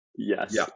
Yes